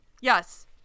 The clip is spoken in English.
yes